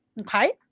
okay